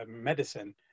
medicine